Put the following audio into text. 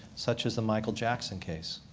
such as the michael jackson case.